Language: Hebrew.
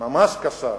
ממש קשה.